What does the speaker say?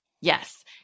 Yes